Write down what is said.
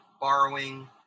borrowing